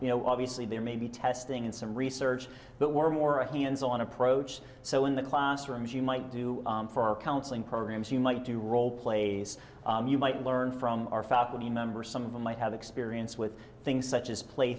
you know obviously there may be testing in some research that were more a hands on approach so in the classrooms you might do for counseling programs you might do role plays you might learn from our faculty member some of them might have experience with things such as play